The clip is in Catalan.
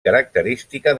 característica